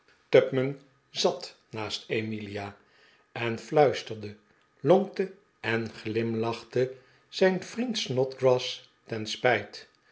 zat naast emilia en fluisterde lonkte en glimlachte zijn vriend snodgrass ten spijt